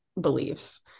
beliefs